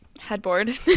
headboard